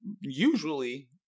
usually